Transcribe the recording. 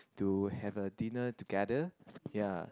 to have a dinner together ya